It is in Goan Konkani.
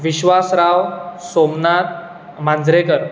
विश्वासराव सोमनाथ मांजरेकर